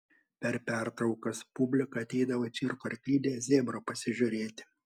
per pertraukas publika ateidavo į cirko arklidę zebro pasižiūrėti